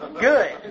Good